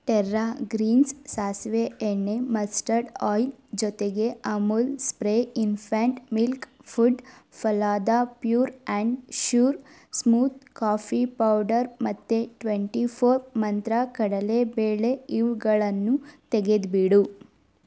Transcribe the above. Terra Greens ಸಾಸಿವೆ ಎಣ್ಣೆ mustard oil ಜೊತೆಗೆ Amul spray infant milk food Phalada pure and sure smooth coffee powder ಮತ್ತೆ twenty four Mantra ಕಡಲೆ ಬೇಳೆ ಇವುಗಳನ್ನು ತೆಗೆದ್ಬಿಡು